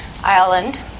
island